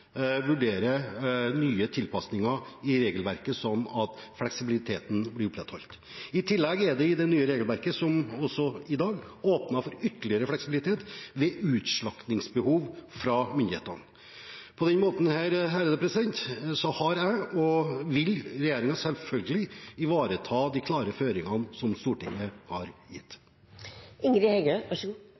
vurdere nye tilpasninger i regelverket, slik at fleksibiliteten blir opprettholdt. I tillegg er det i det nye regelverket – som det også er i dag – åpnet for ytterligere fleksibilitet ved utslaktingsvedtak fra myndighetene. På denne måten vil jeg og regjeringen selvfølgelig ivareta de klare føringer som Stortinget har